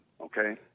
okay